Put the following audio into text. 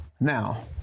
Now